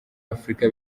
afurika